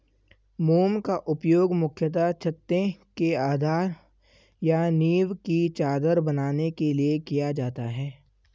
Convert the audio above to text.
मोम का उपयोग मुख्यतः छत्ते के आधार या नीव की चादर बनाने के लिए किया जाता है